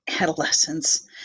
adolescence